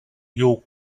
you